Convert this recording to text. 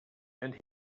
and